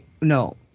No